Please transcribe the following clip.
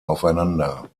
aufeinander